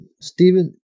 Stephen